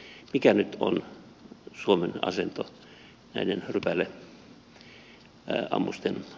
mikä nyt on suomen asento näiden rypäleammusten osalta